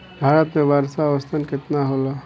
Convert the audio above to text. भारत में वर्षा औसतन केतना होला?